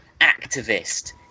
activist